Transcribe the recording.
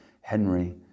Henry